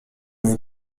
vous